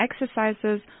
exercises